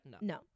no